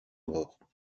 morts